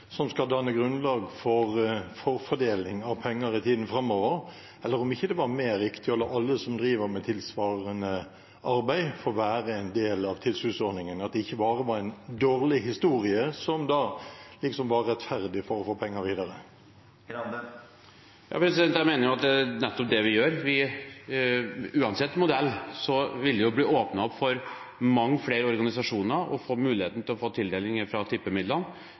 som skal danne grunnlag for forfordeling av penger i tiden framover eller om det ikke var mer riktig å la alle som driver med tilsvarende arbeid, få være en del av tilskuddsordningen, at det ikke bare var en dårlig historie som liksom var rettferdig for å få penger videre. Jeg mener at det er nettopp det vi gjør. Uansett modell vil det bli åpnet opp for at mange flere organisasjoner vil få muligheten til å få tildeling fra tippemidlene.